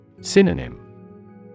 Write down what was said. Synonym